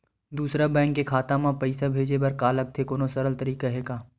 दूसरा बैंक के खाता मा पईसा भेजे बर का लगथे कोनो सरल तरीका हे का?